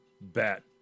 bat